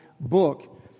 book